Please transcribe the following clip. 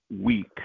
week